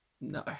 No